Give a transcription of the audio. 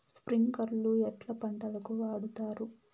స్ప్రింక్లర్లు ఎట్లా పంటలకు వాడుతారు?